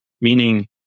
Meaning